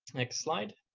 next slide.